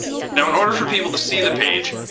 now in order for people to see the page,